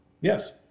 Yes